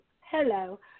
hello